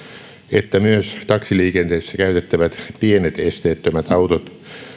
että myös taksiliikenteessä käytettävät pienet esteettömät autot